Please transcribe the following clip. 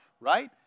right